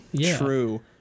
True